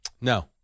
No